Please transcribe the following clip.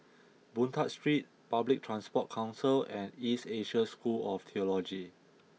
Boon Tat Street Public Transport Council and East Asia School of Theology